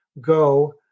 go